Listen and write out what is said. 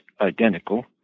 identical